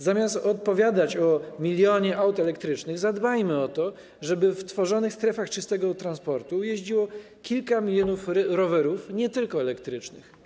Zamiast opowiadać o milionie aut elektrycznych, zadbajmy o to, żeby w tworzonych strefach czystego transportu jeździło kilka milionów rowerów, nie tylko elektrycznych.